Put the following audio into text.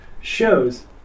shows